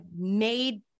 made